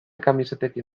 kamisetekin